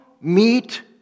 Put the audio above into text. meet